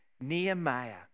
Nehemiah